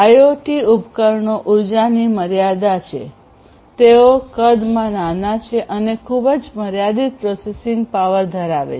IoT ઉપકરણો ઉર્જાની મર્યાદા છે તેઓ કદમાં નાના છે અને ખૂબ જ મર્યાદિત પ્રોસેસિંગ પાવર ધરાવે છે